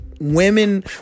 women